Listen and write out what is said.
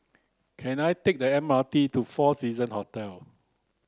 can I take the M R T to Four Seasons Hotel